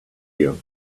you